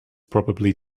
probably